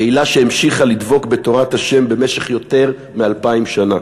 קהילה שהמשיכה לדבוק בתורת השם במשך יותר מאלפיים שנה,